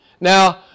Now